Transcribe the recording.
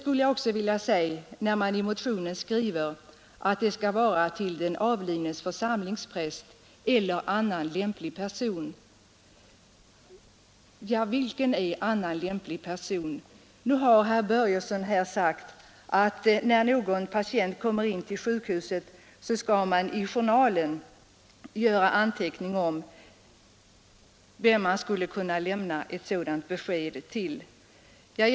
När motionären i motionen skriver att dödsfall bör meddelas till ”den avlidnes församlingspräst eller annan lämplig person”, undrar jag: Vilken är ”annan lämplig person”? Nu har herr Börjesson sagt att när en patient kommer in på sjukhus skall det i journalen göras anteckning om till vem 69 ett sådant besked skulle kunna lämnas.